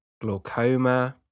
glaucoma